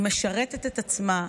היא משרתת את עצמה,